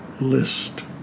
list